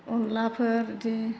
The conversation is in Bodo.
अनद्लाफोर बेदि